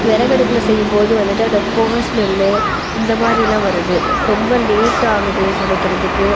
விறகடுப்புல செய்யும் போது வந்துட்டு அந்தப் புகை ஸ்மெல்லு இந்த மாதிரியெல்லாம் வருது ரொம்ப லேட் ஆகுது சமைக்கிறதுக்கு